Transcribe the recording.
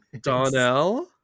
Donnell